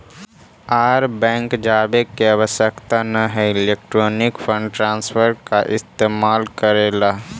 आर bank जावे के आवश्यकता न हवअ इलेक्ट्रॉनिक फंड ट्रांसफर का इस्तेमाल कर लअ